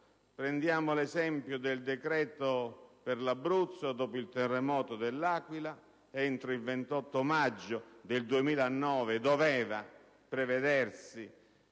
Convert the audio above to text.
Prendiamo l'esempio del decreto per l'Abruzzo: dopo il terremoto dell'Aquila, entro il 28 maggio del 2009 doveva prevedersi